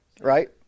Right